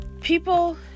People